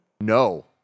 No